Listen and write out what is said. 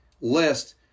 list